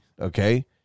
okay